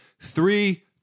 Three